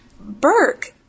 Burke